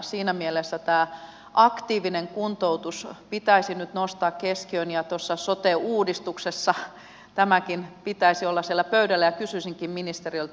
siinä mielessä tämä aktiivinen kuntoutus pitäisi nyt nostaa keskiöön ja tuossa sote uudistuksessa tämänkin pitäisi olla siellä pöydällä ja kysyisinkin ministeriltä